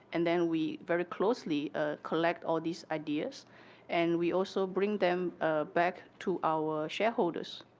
and then we very closely ah collect all these ideas and we also bring them back to our shareholders,